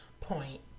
point